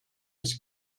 was